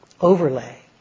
overlay